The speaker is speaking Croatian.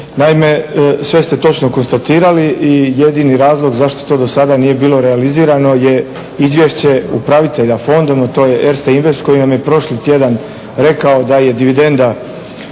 Naime, sve ste točno konstatirali i jedini razlog zašto to do sada nije bilo realizirano je izvješće upravitelja fondom, to je Erste Invest koji nam je prošli tjedan rekao da je dividenda